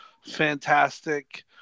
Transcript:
fantastic